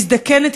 מזדקנת,